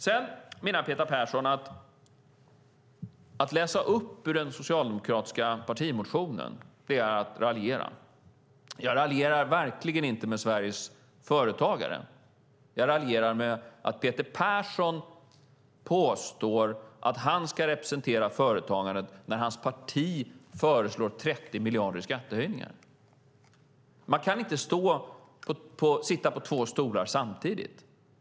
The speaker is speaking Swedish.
Peter Persson menar att detta att läsa upp ur den socialdemokratiska partimotionen är att raljera. Men jag raljerar verkligen inte med Sveriges företagare. Jag raljerar med att Peter Persson påstår att han ska representera företagandet när hans parti föreslår 30 miljarder i skattehöjningar. Man kan inte sitta på två stolar samtidigt.